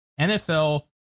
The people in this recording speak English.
NFL